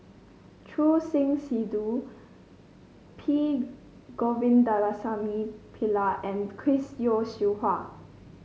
Choor Singh Sidhu P Govindasamy Pillai and Chris Yeo Siew Hua